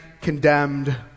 condemned